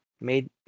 made